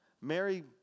Mary